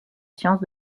science